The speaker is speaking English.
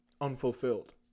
unfulfilled